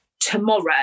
tomorrow